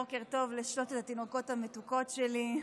בוקר טוב לשלוש התינוקות המתוקות שלי.